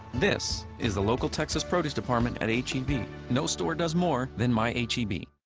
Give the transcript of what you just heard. this. is the local texas produce department at h e b. no store does more than my h e b.